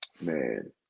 Man